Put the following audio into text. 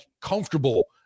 comfortable